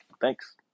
thanks